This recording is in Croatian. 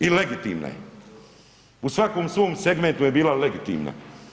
I legitimna je. u svakom svom segmentu je bila legitimna.